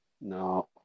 No